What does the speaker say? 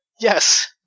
Yes